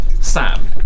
Sam